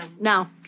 No